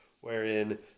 wherein